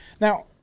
now